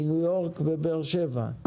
מניו יורק ובאר שבע.